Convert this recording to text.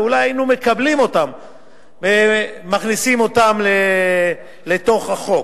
אולי היינו מקבלים ומכניסים אותן לתוך החוק.